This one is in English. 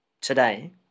today